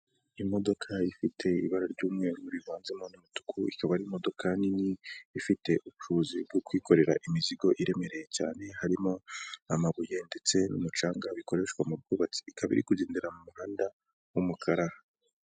Imodoka ifite ibara ry'umweru rivanzemo umutuku ikaba ari imodoka nini ifite ubucuruzi bwo kwikorera imizigo iremereye cyane harimo amabuye ndetse n'umucanga bikoreshwa mu bwubatsi, ikaba iri kugendera mu muhanda w'umukara.